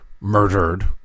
murdered